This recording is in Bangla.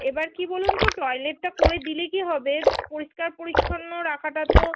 এবার কী বলুন তো টয়লেটটা করে দিলে কী হবে পরিষ্কার পরিচ্ছন্ন রাখাটা তো